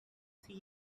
see